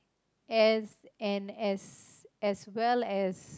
as and as as well as